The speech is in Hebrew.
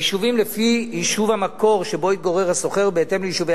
היישובים לפי יישוב המקור שבו התגורר השוכר ובהתאם ליישובי